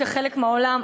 אז צר לי לומר לכם,